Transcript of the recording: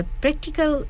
practical